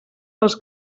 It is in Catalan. dels